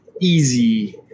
easy